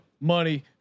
money